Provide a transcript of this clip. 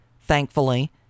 thankfully